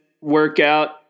workout